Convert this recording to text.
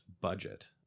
budget